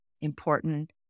important